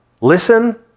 Listen